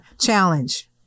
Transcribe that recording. challenge